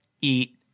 eat